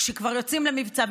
כשכבר יוצאים למבצע,